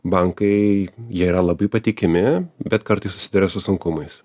bankai jie yra labai patikimi bet kartais susiduria su sunkumais